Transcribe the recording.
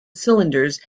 cylinders